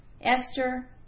Esther